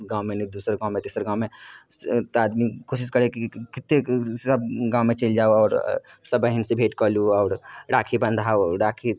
गाममे एक गाममे नहि दोसर गाममे तेसर गाममे तऽ आदमी कोशिश करैकि कतेक सब गाममे चलि जाउ आओर सब बहिनसँ भेँट कऽ ली आओर राखी बन्हाउ राखी